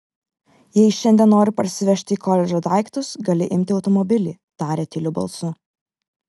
jei šiandien nori parsivežti į koledžą daiktus gali imti automobilį tarė tyliu balsu